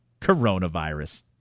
coronavirus